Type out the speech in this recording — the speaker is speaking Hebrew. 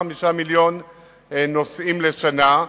5 מיליוני נוסעים לשנה.